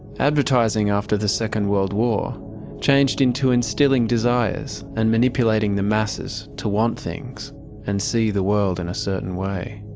advertising after the second world war changed into instilling desires and manipulating the masses to want things and see the world in a certain way.